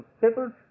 People